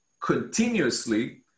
continuously